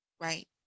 right